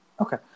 Okay